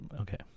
okay